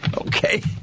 Okay